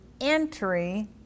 entry